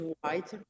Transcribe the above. white